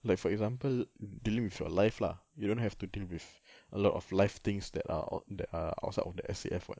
like for example dealing with your life lah you don't have to deal with a lot of life things that are out~ that are outside of the S_A_F [what]